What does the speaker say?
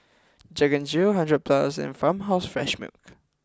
Jack N Jill hundred plus and Farmhouse Fresh Milk